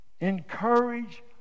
encourage